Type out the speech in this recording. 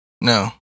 No